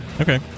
Okay